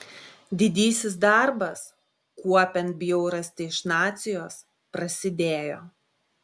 didysis darbas kuopiant bjaurastį iš nacijos prasidėjo